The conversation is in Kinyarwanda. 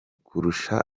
kurusha